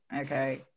okay